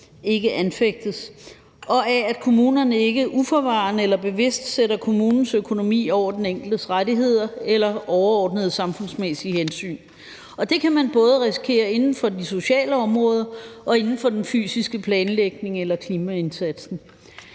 ikke anfægtes, og at kommunerne ikke uforvarende eller bevidst sætter kommunens økonomi over den enkeltes rettigheder eller overordnede samfundsmæssige hensyn. Det kan man risikere både inden for det sociale område og inden for den fysiske planlægning eller klimaindsatsen.